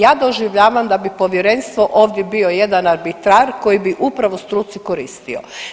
Ja doživljavam da bi povjerenstvo ovdje bio jedan arbitar koji bi upravo struci koristio.